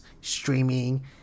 streaming